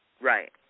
Right